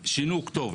שינו כתובת.